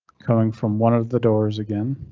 coming from one of the doors again.